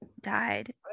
died